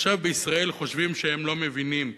עכשיו בישראל חושבים שהם לא מבינים,